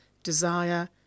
Desire